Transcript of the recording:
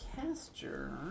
caster